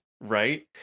right